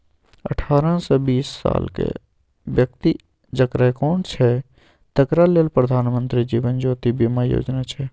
अठारहसँ बीस सालक बेकती जकरा अकाउंट छै तकरा लेल प्रधानमंत्री जीबन ज्योती बीमा योजना छै